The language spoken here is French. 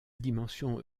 dimension